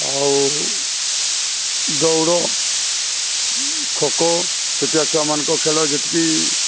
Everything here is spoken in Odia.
ଆଉ ଦୌଡ଼ ଖୋଖୋ ଛୋଟିଆ ଛୁଆମାନଙ୍କ ଖେଳ ଯେତିକି